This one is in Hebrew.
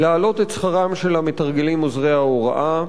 להעלות את שכרם של המתרגלים עוזרי ההוראה,